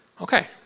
Okay